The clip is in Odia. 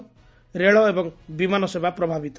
ରେଳ ଏବଂ ବିମାନ ସେବା ପ୍ରଭାବିତ